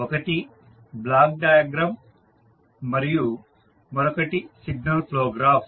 ఒకటి block diagram మరియు మరొకటి సిగ్నల్ ఫ్లో గ్రాఫ్